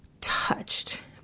touched